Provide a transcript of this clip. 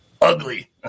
Ugly